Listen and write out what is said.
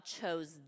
chose